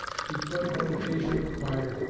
he could, when occasion required,